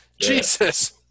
Jesus